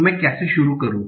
तो मैं कैसे शुरू करूँ